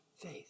faith